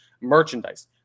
merchandise